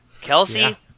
Kelsey